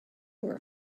were